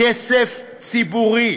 כסף ציבורי,